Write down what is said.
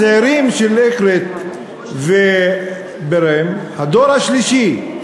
הצעירים של אקרית ובירעם, הדור השלישי,